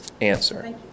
answer